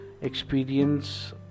experience